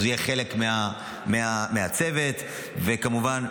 הוא יהיה חלק מהצוות, וכמובן,